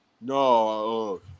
No